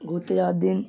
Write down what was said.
ঘুরতে যাওয়ার দিন